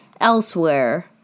elsewhere